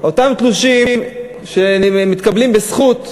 אותם תלושים שמתקבלים בזכות,